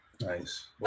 nice